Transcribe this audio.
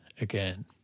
again